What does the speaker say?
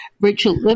Rachel